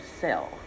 sell